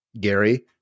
Gary